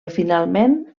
finalment